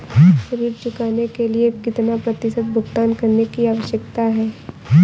ऋण चुकाने के लिए कितना प्रतिशत भुगतान करने की आवश्यकता है?